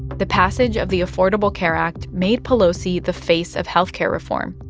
the passage of the affordable care act made pelosi the face of health care reform,